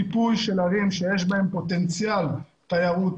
מיפוי של ערים שיש בהן פוטנציאל תיירותי,